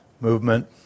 movement